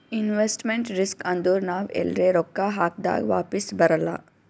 investment risk ಅಂದುರ್ ನಾವ್ ಎಲ್ರೆ ರೊಕ್ಕಾ ಹಾಕ್ದಾಗ್ ವಾಪಿಸ್ ಬರಲ್ಲ